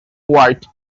white